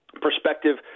perspective